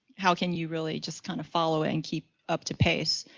how can you really just kind of follow and keep up to pace.